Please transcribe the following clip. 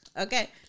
Okay